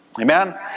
Amen